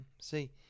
See